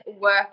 work